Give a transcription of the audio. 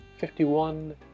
51